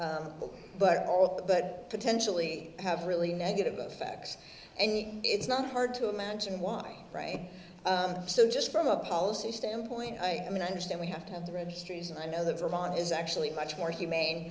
all but potentially have really negative effects and it's not hard to imagine why so just from a policy standpoint i mean i understand we have to have the registries and i know the vermont is actually much more humane